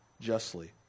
justly